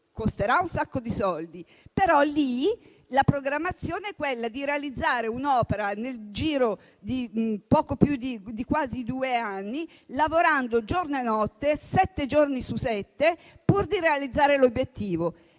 costerà un sacco di soldi. La programmazione è quella di realizzare un'opera nel giro di poco più di quasi due anni, lavorando giorno e notte, sette giorni su sette, pur di realizzare l'obiettivo.